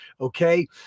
okay